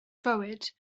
fywyd